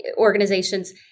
organizations